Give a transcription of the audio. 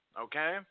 Okay